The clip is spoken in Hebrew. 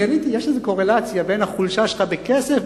עליתי על זה שיש קורלציה בין החולשה שלך בכסף,